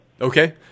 Okay